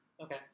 Okay